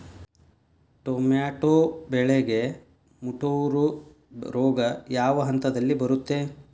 Tomato ಬೆಳೆಗೆ ಮುಟೂರು ರೋಗ ಯಾವ ಹಂತದಲ್ಲಿ ಬರುತ್ತೆ?